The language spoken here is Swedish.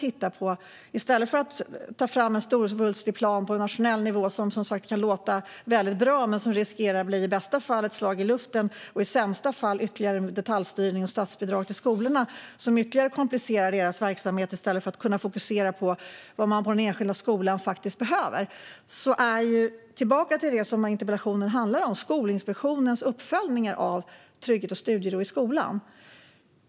I stället för att ta fram en stor, svulstig plan på nationell nivå som kan låta bra men som riskerar att i bästa fall bli ett slag i luften och i sämsta fall ytterligare detaljstyrning av statsbidrag till skolorna, som ytterligare komplicerar deras verksamhet i stället för att fokusera på vad den enskilda skolan behöver, vill jag gå tillbaka till vad interpellationen handlar om, det vill säga Skolinspektionens uppföljningar av trygghet och studiero i skolan.